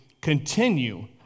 continue